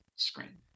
screen